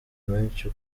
menshi